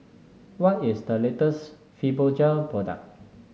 what is the latest Fibogel product